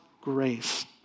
grace